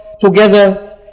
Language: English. together